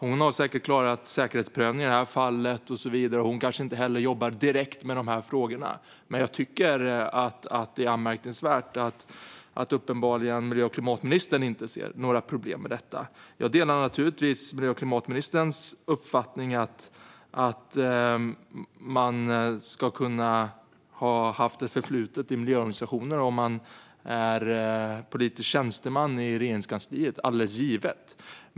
Hon har säkert klarat säkerhetsprövningen - och hon kanske inte heller jobbar direkt med de här frågorna - men jag tycker att det är anmärkningsvärt att miljö och klimatministern uppenbarligen inte ser några problem med detta. Jag delar naturligtvis miljö och klimatministerns uppfattning att man ska kunna ha ett förflutet i miljöorganisationer om man är politisk tjänsteman i Regeringskansliet. Det är alldeles givet.